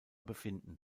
befinden